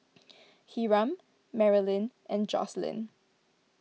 Hiram Maralyn and Jocelynn